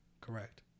Correct